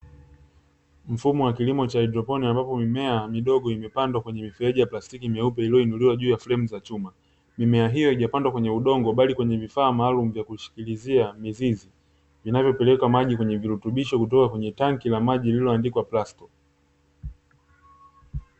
Mfumo wa kilimo cha haidroponi ambapo mimea midogo imepandwa kwenye mifereji ya plastiki mieupe iliyoinuliwa juu ya fremu za chuma. Mimea hiyo haijapandwa kwenye udongo bali kwenye vifaa maalumu vya kushikilizia mizizi vinavopeleka maji kwenye virutubisho kutoka kwenye tangi la maji lililoandikwa “plasto”.